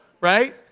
right